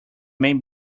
main